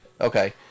Okay